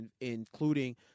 including